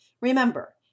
remember